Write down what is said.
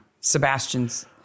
Sebastian's